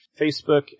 facebook